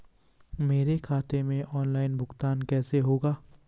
मेरे खाते में ऑनलाइन भुगतान कैसे होगा?